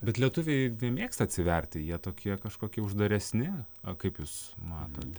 bet lietuviai nemėgsta atsiverti jie tokie kažkokie uždaresni a kaip jūs matote